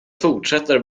fortsätter